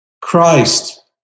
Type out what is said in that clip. Christ